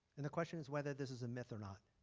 and the question is whether this is a myth or not